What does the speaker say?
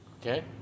okay